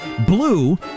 blue